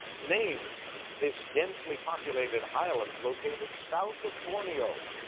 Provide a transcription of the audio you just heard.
name this densely populated island located south of borneo.